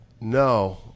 no